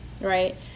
right